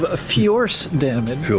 ah fjorce damage.